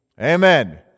Amen